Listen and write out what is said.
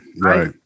right